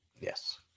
Yes